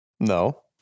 No